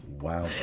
Wow